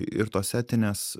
ir tos etinės